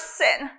sin